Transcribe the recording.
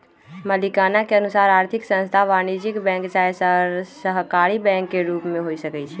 मलिकाना के अनुसार आर्थिक संस्थान वाणिज्यिक बैंक चाहे सहकारी बैंक के रूप में हो सकइ छै